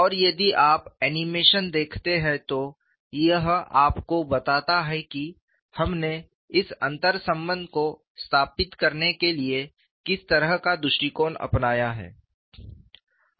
और यदि आप एनीमेशन देखते हैं तो यह आपको बताता है कि हमने इस अंतर्संबंध को स्थापित करने के लिए किस तरह का दृष्टिकोण अपनाया है